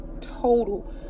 Total